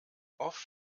oft